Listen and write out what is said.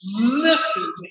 listen